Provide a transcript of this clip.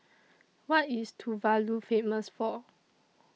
What IS Tuvalu Famous For